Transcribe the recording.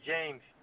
James